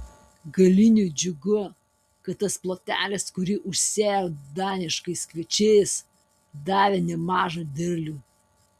galiniui džiugu kad tas plotelis kurį užsėjo daniškais kviečiais davė nemažą derlių